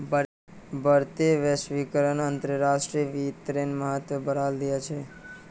बढ़ते वैश्वीकरण अंतर्राष्ट्रीय वित्तेर महत्व बढ़ाय दिया छे